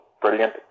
brilliant